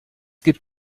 gibt